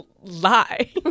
lie